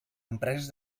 empreses